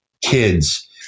kids